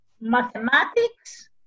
mathematics